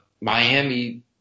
Miami